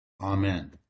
Amen